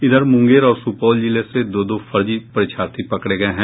इधर मुंगेर और सुपौल जिले से दो दो फर्जी परीक्षार्थी पकड़े गये हैं